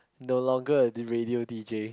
the logger and the radio d_j